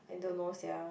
I don't know sia